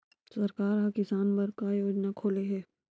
सरकार ह किसान बर का योजना खोले हे?